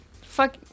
Fuck